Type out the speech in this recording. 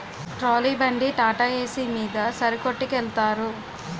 trolley బండి టాటాఏసి మీద సరుకొట్టికెలతారు